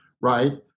right